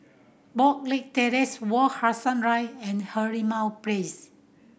Boon Leat Terrace Wak Hassan and Merlimau Place